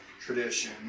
tradition